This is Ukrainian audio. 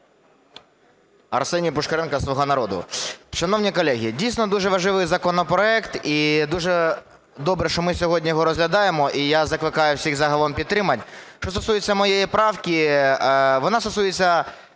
Арсеній Пушкаренко, "Слуга народу". Шановні колеги, дійсно дуже важливий законопроект, і дуже добре, що ми сьогодні його розглядаємо, і я закликаю всіх загалом підтримати. Що стосується моєї правки вона стосується